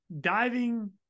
diving